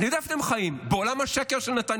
אני יודע איפה אתם חיים, בעולם השקר של נתניהו.